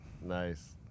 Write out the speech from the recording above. Nice